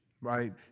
right